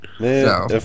Man